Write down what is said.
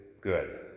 good